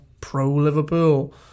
pro-Liverpool